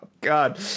God